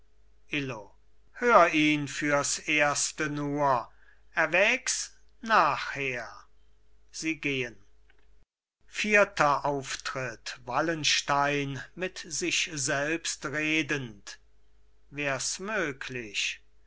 illo hör ihn fürs erste nur erwägs nachher sie gehen vierter auftritt wallenstein mit sich selbst redend wärs möglich